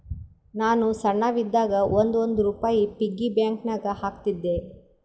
ನಾನು ಸಣ್ಣವ್ ಇದ್ದಾಗ್ ಒಂದ್ ಒಂದ್ ರುಪಾಯಿ ಪಿಗ್ಗಿ ಬ್ಯಾಂಕನಾಗ್ ಹಾಕ್ತಿದ್ದೆ